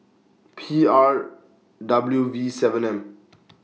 P R W V seven M